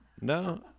No